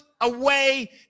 away